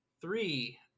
Three